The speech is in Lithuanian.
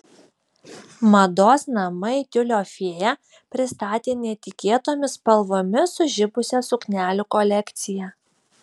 mados namai tiulio fėja pristatė netikėtomis spalvomis sužibusią suknelių kolekciją